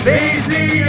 Lazy